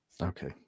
Okay